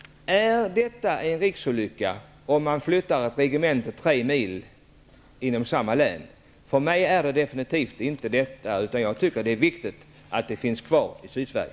Är det en riksolycka om man flyttar ett regemente 3 mil inom samma län, Sture Ericson? För mig är det definitivt inte det. Jag tycker att det är viktigt att det finns kvar i Sydsverige.